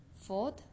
fourth